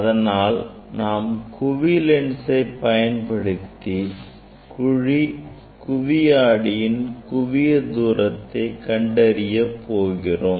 அதனால் நாம் குவி லென்ஸை பயன்படுத்தி குவி ஆடியின் குவிய தூரத்தை கண்டறிய போகிறோம்